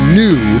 new